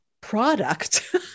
product